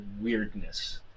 weirdness